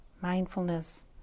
Mindfulness